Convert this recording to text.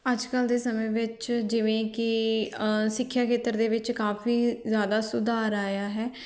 ਅੱਜ ਕੱਲ੍ਹ ਦੇ ਸਮੇਂ ਵਿੱਚ ਜਿਵੇਂ ਕਿ ਸਿੱਖਿਆ ਖੇਤਰ ਦੇ ਵਿੱਚ ਕਾਫੀ ਜ਼ਿਆਦਾ ਸੁਧਾਰ ਆਇਆ ਹੈ